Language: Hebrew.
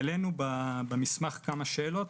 העלינו במסמך כמה שאלות.